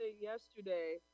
yesterday